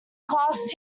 classed